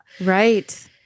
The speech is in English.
Right